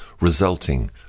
resulting